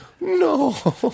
No